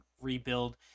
rebuild